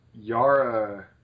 Yara